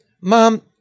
Mom